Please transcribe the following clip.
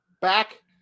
Back